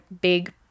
big